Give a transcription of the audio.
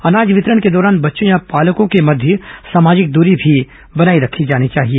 अनाज वितरण के दौरान बच्चों या पालकों के मध्य सामाजिक दूरी बनाए रखी जाएगी